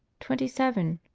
twenty seven.